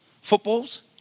footballs